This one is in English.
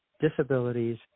disabilities